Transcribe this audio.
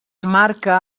marca